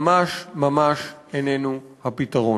ממש ממש איננו הפתרון.